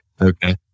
okay